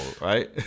right